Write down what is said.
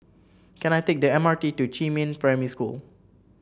can I take the M R T to Jiemin Primary School